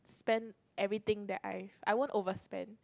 spend everything that I I won't overspend